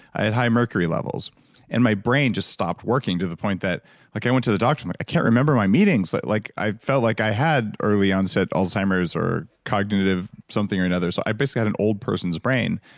i had high mercury levels and my brain just stopped working to the point that like i went to the doctor like i can't remember my meetings. like like i felt like i had early onset alzheimer's or cognitive something or another. so i basically had an old person's brain.